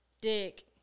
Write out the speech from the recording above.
dick